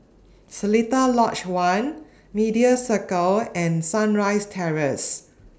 Seletar Lodge one Media Circle and Sunrise Terrace